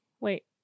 Wait